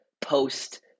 post